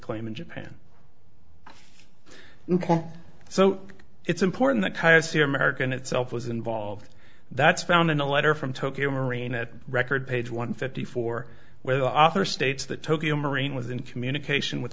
claim in japan so it's important to kind of see america itself was involved that's found in a letter from tokyo marine at record page one fifty four where the author states that tokyo marine was in communication with